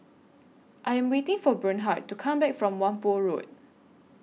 I Am waiting For Bernhard to Come Back from Whampoa Road